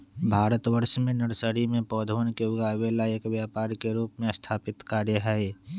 भारतवर्ष में नर्सरी में पौधवन के उगावे ला एक व्यापार के रूप में स्थापित कार्य हई